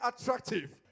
attractive